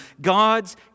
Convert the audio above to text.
God's